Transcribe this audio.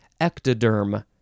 ectoderm